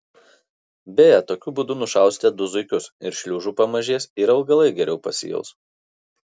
beje tokiu būdu nušausite du zuikius ir šliužų pamažės ir augalai geriau pasijaus